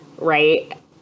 right